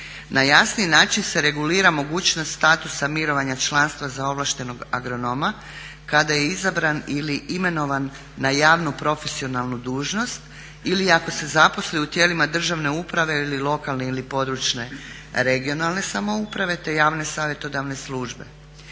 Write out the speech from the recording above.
Na jasniji način se regulira mogućnost statusa mirovanja članstva za ovlaštenog agronoma kada je izabran ili imenovan na javnu profesionalnu dužnost ili ako se zaposli u tijelima državne uprave ili lokalne, područje (regionalne) samouprave te javne savjetodavne službe.